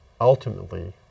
ultimately